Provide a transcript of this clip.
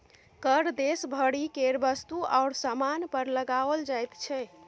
कर देश भरि केर वस्तु आओर सामान पर लगाओल जाइत छै